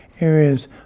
areas